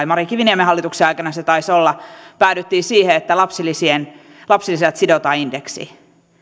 mari kiviniemen hallituksen aikana päädyttiin siihen että lapsilisät sidotaan indeksiin